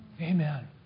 Amen